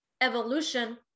evolution